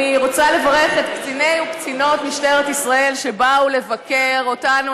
אני רוצה לברך את קציני וקצינות משטרת ישראל שבאו לבקר אותנו.